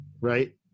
right